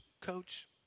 Coach